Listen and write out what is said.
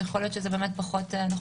יכול להיות שזה פחות נחוץ.